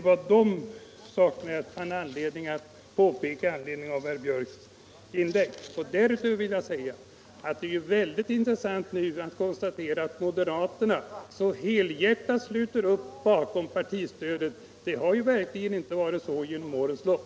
Jag fann anledning att peka på de här sakerna efter herr Björcks inlägg. Därutöver vill jag säga att det är väldigt intressant att konstatera att moderaterna nu så helhjärtat sluter upp bakom partistödet; det har verkligen inte varit så under årens lopp.